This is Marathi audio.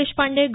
देशपांडे ग